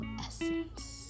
essence